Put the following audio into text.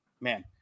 man